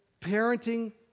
Parenting